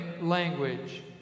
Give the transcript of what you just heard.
language